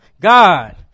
God